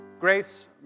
grace